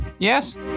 Yes